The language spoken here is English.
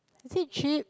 is it cheap